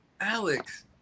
Alex